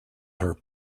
her